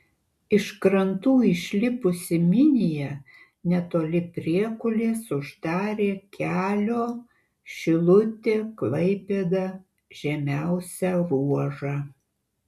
iš krantų išlipusi minija netoli priekulės uždarė kelio šilutė klaipėda žemiausią ruožą